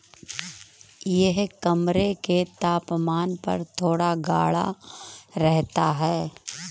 यह कमरे के तापमान पर थोड़ा गाढ़ा रहता है